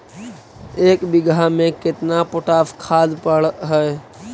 एक बिघा में केतना पोटास खाद पड़ है?